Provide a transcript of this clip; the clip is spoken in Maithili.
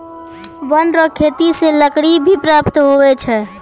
वन रो खेती से लकड़ी भी प्राप्त हुवै छै